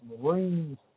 Marines